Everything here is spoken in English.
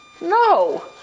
no